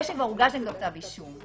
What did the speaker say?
זה שהוגש נגדו כתב אישום.